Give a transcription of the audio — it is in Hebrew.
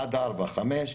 עד 16:00-17:00,